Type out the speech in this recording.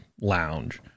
lounge